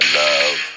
love